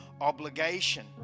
obligation